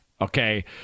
Okay